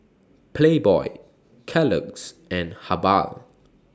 Playboy Kellogg's and Habhal